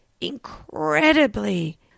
incredibly